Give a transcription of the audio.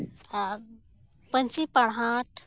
ᱟᱨ ᱯᱟᱺᱧᱪᱤ ᱯᱟᱨᱦᱟᱲ